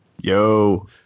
Yo